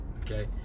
okay